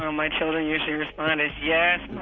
um my children usually respond as, yeah